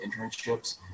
internships